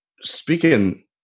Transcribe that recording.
speaking